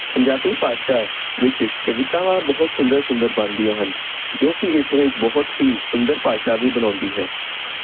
ਪੰਜਾਬੀ ਭਾਸ਼ਾ ਵਿੱਚ ਕਵਿਤਾਵਾਂ ਬਹੁਤ ਸੁੰਦਰ ਸੁੰਦਰ ਬਣਦੀਆਂ ਹਨ ਜੋ ਕਿ ਇਸ ਨੂੰ ਇੱਕ ਬਹੁਤ ਹੀ ਸੁੰਦਰ ਭਾਸ਼ਾ ਵੀ ਬਣਾਉਂਦੀ ਹੈ